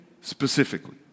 specifically